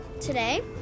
today